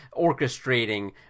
orchestrating